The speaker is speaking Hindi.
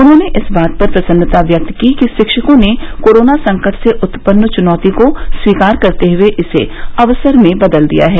उन्होंने इस बात पर प्रसन्नता व्यक्त की कि शिक्षकों ने कोरोना संकट से उत्पन्न चुनौती को स्वीकार करते हुए इसे अवसर में बदल दिया है